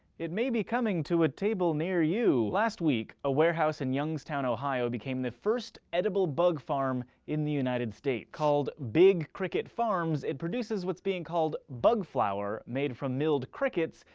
it may be coming to a table near you. last week, a warehouse in youngstown, ohio became the first edible bug farm in the united states. called big cricket farms, it produces what's being called bug flour, made from milled crickets,